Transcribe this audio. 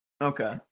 okay